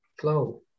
Flow